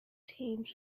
teams